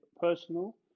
personal